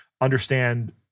understand